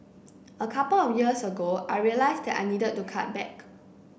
a couple of years ago I realised that I needed to cut back